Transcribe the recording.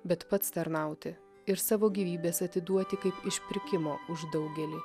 bet pats tarnauti ir savo gyvybes duoti kaip išpirkimo už daugelį